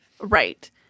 Right